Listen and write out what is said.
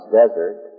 desert